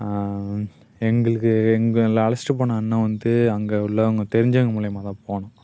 எங்களுக்கு எங்களை அழைச்சிட்டு போன அண்ணன் வந்து அங்கே உள்ளவங்க தெரிஞ்சவங்க மூலயமாகதான் போனோம்